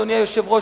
אדוני היושב-ראש,